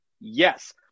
Yes